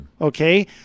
Okay